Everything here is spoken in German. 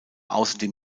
außerdem